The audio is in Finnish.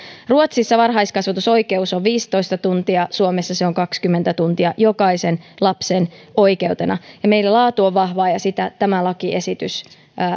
ruotsissa varhaiskasvatusoikeus on viisitoista tuntia suomessa se on kaksikymmentä tuntia jokaisen lapsen oikeutena meillä laatu on vahvaa ja sitä tämä lakiesitys